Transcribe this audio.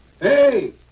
hey